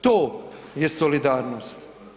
To je solidarnost.